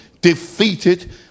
defeated